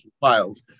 Files